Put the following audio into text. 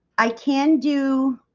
i can do